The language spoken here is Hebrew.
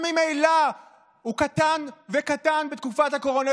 שממילא הוא קטן וקטן בתקופת הקורונה,